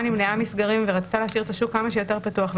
נמנעה מסגרים ורוצה להשאיר את השוק כמה שיותר פתוח,